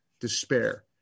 despair